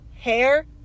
Hair